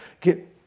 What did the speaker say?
get